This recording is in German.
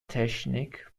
technik